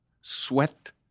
sweat